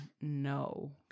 no